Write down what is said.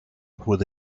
with